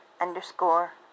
underscore